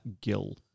Gill